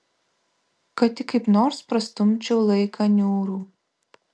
kad tik kaip nors prastumčiau laiką niūrų